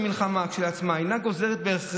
"פשיטא כי קיומה של המלחמה כשלעצמה אינה גוזרת בהכרח